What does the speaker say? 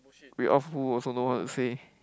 read off who also know how to say